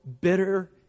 bitter